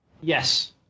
Yes